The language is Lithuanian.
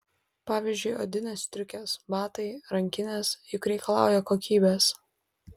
pavyzdžiui odinės striukės batai rankinės juk reikalauja kokybės